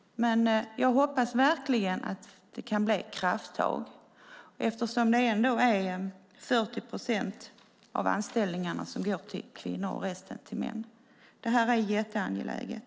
Jag hoppas verkligen att det kan bli krafttag eftersom det är 40 procent av anställningarna som går till kvinnor och resten till män. Det här är jätteangeläget.